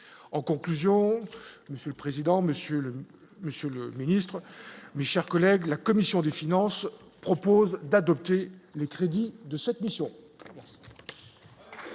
en conclusion Monsieur le président, Monsieur le Monsieur, le ministre mais, chers collègues, la commission des finances propose d'adopter les crédits de cette mission.